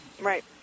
Right